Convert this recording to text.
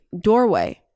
doorway